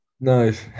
nice